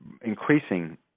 increasing